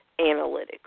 analytics